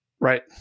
Right